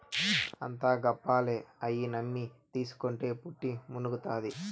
అంతా గప్పాలే, అయ్యి నమ్మి తీస్కుంటే పుట్టి మునుగుతాది